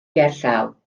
gerllaw